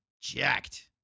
jacked